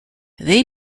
they